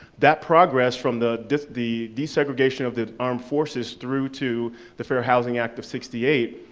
that progress from the the desegregation of the armed forces through to the fair housing act of sixty eight,